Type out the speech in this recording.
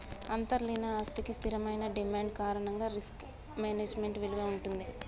అంతర్లీన ఆస్తికి స్థిరమైన డిమాండ్ కారణంగా రిస్క్ మేనేజ్మెంట్ విలువ వుంటది